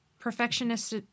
Perfectionist